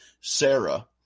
Sarah